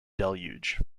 deluge